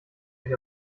euch